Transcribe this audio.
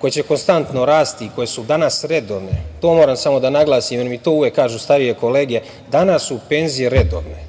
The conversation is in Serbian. koje će konstantno rasti, koje su danas redovne. To moram samo da naglasim, jer mi to uvek kažu starije kolege. Danas su penzije redovne